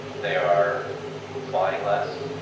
they are flying less,